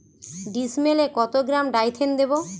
ডিস্মেলে কত গ্রাম ডাইথেন দেবো?